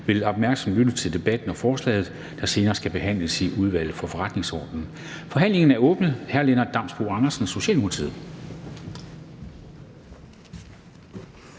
vil opmærksomt lytte til debatten og forslaget, der senere skal behandles i Udvalget for Forretningsordenen. Forhandlingen er åbnet. Hr. Lennart Damsbo-Andersen, Socialdemokratiet.